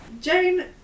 Jane